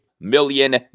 million